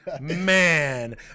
Man